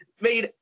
made